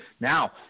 Now